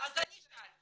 אז אני שאלתי.